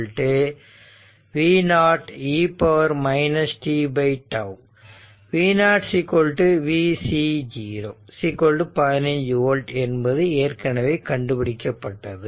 V0 V C0 15 volt என்பது ஏற்கனவே கண்டுபிடிக்கப்பட்டது